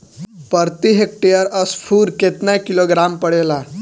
प्रति हेक्टेयर स्फूर केतना किलोग्राम पड़ेला?